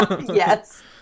Yes